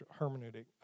hermeneutic